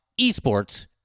eSports